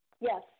Yes